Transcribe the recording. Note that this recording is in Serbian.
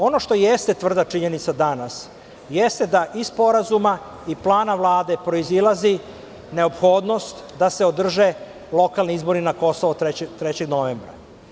Ono što jeste tvrda činjenica danas jeste da iz sporazuma i plana Vlade proizilazi neophodnost da se održe lokalni izbori na Kosovu 3. novembra.